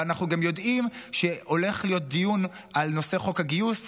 אנחנו גם יודעים שהולך להיות דיון על נושא חוק הגיוס,